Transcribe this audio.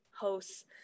hosts